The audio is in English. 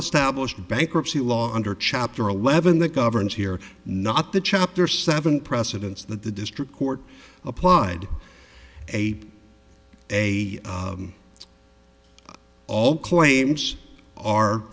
established bankruptcy law under chapter eleven that governs here not the chapter seven precedents that the district court applied a a all claims are